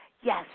Yes